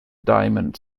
diamond